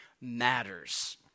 matters